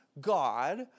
God